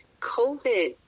COVID